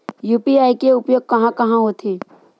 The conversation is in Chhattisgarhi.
यू.पी.आई के उपयोग कहां कहा होथे?